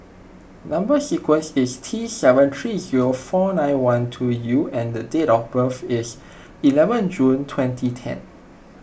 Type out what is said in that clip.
Number Sequence is T seven three zero four nine one two U and the date of birth is eleven June twenty ten